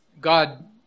God